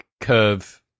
curve